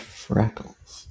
freckles